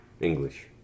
English